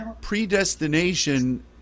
predestination